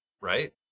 right